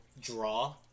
draw